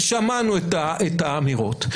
ושמענו את האמירות.